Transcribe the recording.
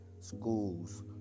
schools